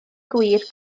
gwir